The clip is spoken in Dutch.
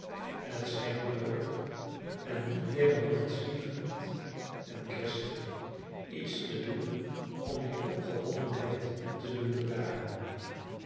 en het schijnt noodig en niet meer dan menschlievend en christelijk iets te doen om die opgewondenheid te doen bedaren